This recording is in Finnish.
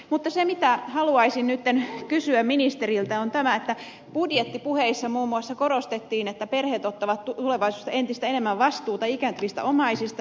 mutta se mitä haluaisin nyt kysyä ministeriltä on tämä että budjettipuheissa muun muassa korostettiin että perheet ottavat tulevaisuudessa entistä enemmän vastuuta ikääntyvistä omaisistaan